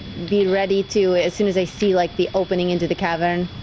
be ready to, as soon as i see like the opening into the cavern,